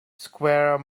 square